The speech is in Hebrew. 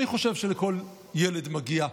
אני חושב שלכל ילד מגיע.